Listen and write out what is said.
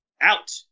Out